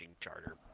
charter